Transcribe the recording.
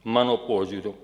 mano požiūriu